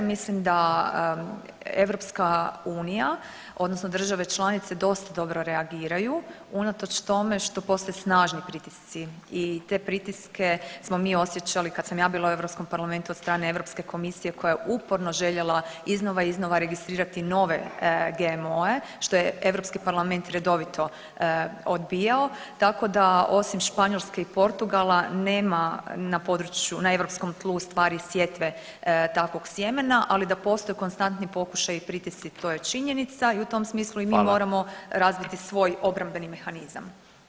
Mislim da EU odnosno države članice dosta dobro reagiraju unatoč tome što postoje snažni pritisci i te pritiske smo mi osjećali kad sam ja bila u Europskom parlamentu od strane Europske komisije koja je uporno željela iznova i iznova registrirati nove GMO-e, što je Europski parlament redovito odbijao, tako da osim Španjolske i Portugala nema na području, na europskom tlu u stvari sjetve takvog sjemena, ali da postoji konstantni pokušaji i pritisci to je činjenica i u tom smislu i mi moramo razviti svoj obrambeni mehanizam.